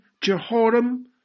Jehoram